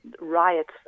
riots